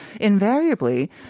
invariably